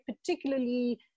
particularly